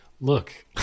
look